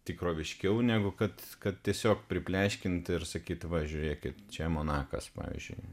tikroviškiau negu kad kad tiesiog pripleškinti ir sakyti va žiūrėkit čia monakas pavyzdžiui